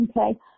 okay